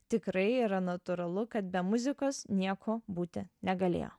tikrai yra natūralu kad be muzikos nieko būti negalėjo